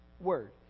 word